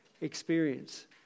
experience